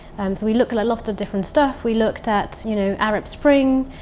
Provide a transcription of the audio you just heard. we looked at a lot of different stuff, we looked at you know, arab spring.